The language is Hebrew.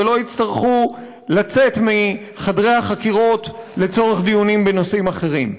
ולא יצטרכו לצאת מחדרי החקירות לצורך דיונים בנושאים אחרים.